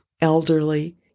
elderly